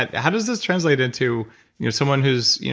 and how does this translate into you know someone who's